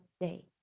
day